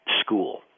school